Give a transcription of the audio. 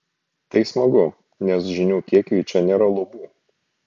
tai smagu nes žinių kiekiui čia nėra lubų